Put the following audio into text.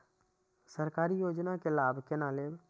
सरकारी योजना के लाभ केना लेब?